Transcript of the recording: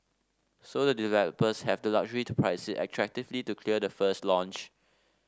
so the developers have the luxury to price it attractively to clear the first launch